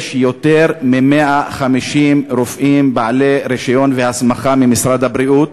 יש יותר מ-150 רופאים בעלי רישיון והסמכה ממשרד הבריאות,